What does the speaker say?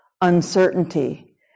uncertainty